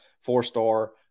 four-star